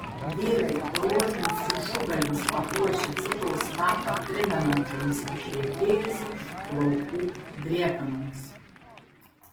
vyrai rožinius viršugalvius papuošę cukraus vatą primenančiomis išretėjusių plaukų driekanomis